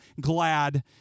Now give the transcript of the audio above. glad